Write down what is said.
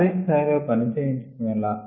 భారీ స్థాయి లో పనిచేయించటం ఎలా